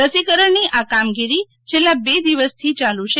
રસીકરણની આ કામગીરી છેલ્લા બે દિવસથી ચાલુ છે